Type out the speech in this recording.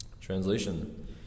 Translation